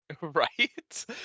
right